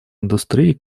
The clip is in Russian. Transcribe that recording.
индустрии